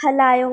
हलायो